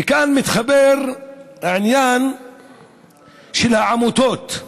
וכאן מתחבר העניין של העמותות,